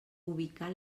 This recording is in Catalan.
ubicar